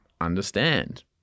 understand